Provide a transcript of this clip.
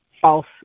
false